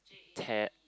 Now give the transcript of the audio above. Ted